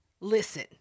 Listen